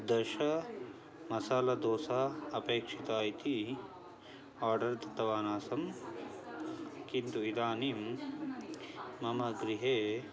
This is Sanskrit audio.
दश मसालादोसा अपेक्षिता इति आर्डर् दत्तवान् आसम् किन्तु इदानीं मम गृहे